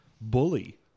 bully